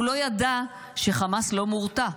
הוא לא ידע שחמאס לא מורתע,